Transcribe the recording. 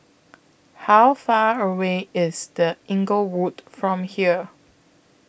How Far away IS The Inglewood from here